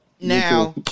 Now